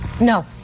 No